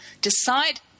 decide